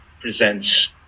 presents